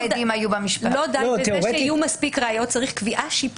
אבל לא די בזה שהיו מספיק ראיות אלא